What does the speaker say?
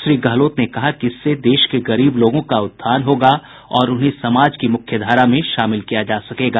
श्री गहलोत ने कहा कि इससे देश के गरीब लोगों का उत्थान होगा और उन्हें समाज की मुख्यधारा में शामिल किया जा सकेगा